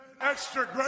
extra